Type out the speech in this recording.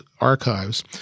Archives